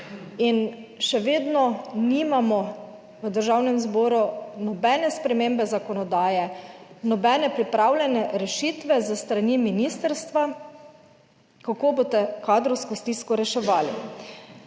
še vedno nimamo v Državnem zboru nobene spremembe zakonodaje, nobene pripravljene rešitve s strani ministrstva, kako boste kadrovsko stisko reševali.